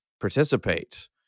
participate